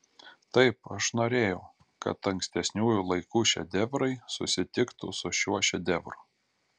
taip aš norėjau kad ankstesniųjų laikų šedevrai susitiktų su šiuo šedevru